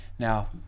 Now